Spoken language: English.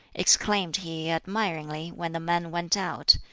exclaimed he admiringly, when the man went out.